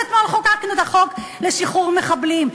אתמול חוקקנו את החוק לשחרור מחבלים,